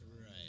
Right